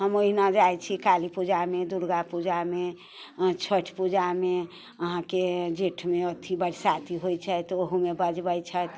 हम ओहिना जाइत छी काली पूजामे दुर्गा पूजामे छठि पूजामे अहाँके जेठमे अथी बरसाति होइत छै तऽ ओहोमे बजबैत छथि